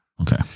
okay